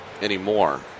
anymore